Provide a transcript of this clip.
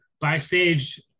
Backstage